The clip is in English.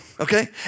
Okay